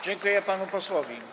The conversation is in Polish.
Dziękuję panu posłowi.